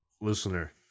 listener